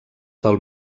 del